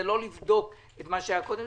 זה לא לבדוק את מה שהיה קודם.